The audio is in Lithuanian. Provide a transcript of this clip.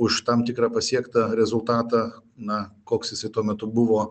už tam tikrą pasiektą rezultatą na koks esi tuo metu buvo